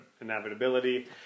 inevitability